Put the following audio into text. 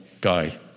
guy